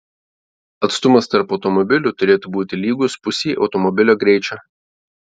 atstumas tarp automobilių turėtų būti lygus pusei automobilio greičio